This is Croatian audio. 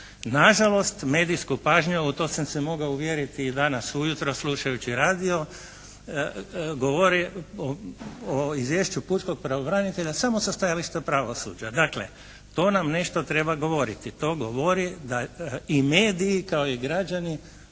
Nažalost medijsku pažnju, u to sam se mogao uvjeriti i danas ujutro slušajući radio govori o izvješću pučkog pravobranitelja samo sa stajališta pravosuđa. Dakle to nam nešto treba govoriti. To govori da i mediji kao i građani